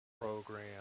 program